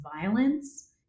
violence